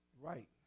right